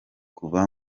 kuva